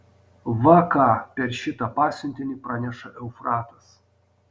va ką per šitą pasiuntinį praneša eufratas